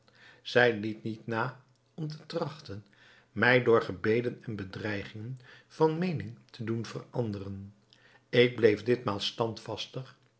zij liet niet na om te trachten mij door gebeden en bedreigingen van meening te doen veranderen ik bleef ditmaal